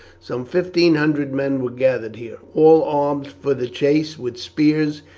some fifteen hundred men were gathered here, all armed for the chase with spears,